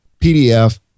PDF